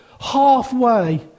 halfway